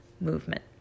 movement